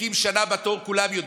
מחכים שנה בתור כולם יודעים.